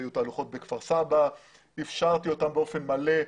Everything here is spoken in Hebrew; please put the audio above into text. היו תהלוכות בכפר סבא ואפשרתי אותן באופן מלא.